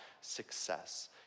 success